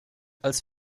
als